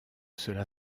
cela